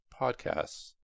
podcasts